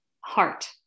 heart